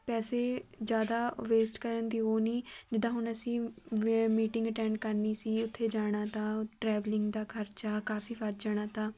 ਪੈਸੇ ਜ਼ਿਆਦਾ ਵੇਸਟ ਕਰਨ ਦੀ ਉਹ ਨਹੀਂ ਜਿੱਦਾਂ ਹੁਣ ਅਸੀਂ ਵੇ ਮੀਟਿੰਗ ਅਟੈਂਡ ਕਰਨੀ ਸੀ ਉੱਥੇ ਜਾਣਾ ਤਾ ਟਰੈਵਲਿੰਗ ਦਾ ਖਰਚਾ ਕਾਫੀ ਵੱਧ ਜਾਣਾ ਤਾ